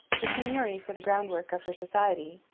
the seigneury for the groundwork of her society,